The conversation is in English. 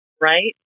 right